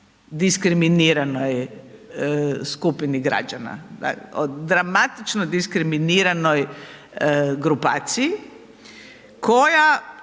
diskriminiranoj skupini građana, dramatičnoj diskriminiranoj grupaciji, koja